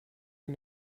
von